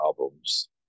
albums